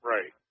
Right